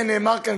נאמר כאן,